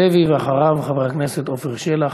מיקי לוי, ואחריו, חבר הכנסת עפר שלח.